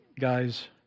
guys